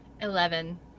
Eleven